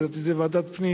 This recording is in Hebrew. לדעתי, ועדת הפנים